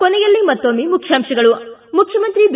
ಕೊನೆಯಲ್ಲಿ ಮತ್ತೊಮ್ಮೆ ಮುಖ್ಯಾಂಶಗಳು ಮುಖ್ಯಮಂತ್ರಿ ಬಿ